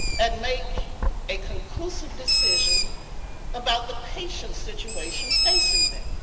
and make a conclusive decision about the patient's situation facing them.